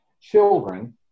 children